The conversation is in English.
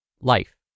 life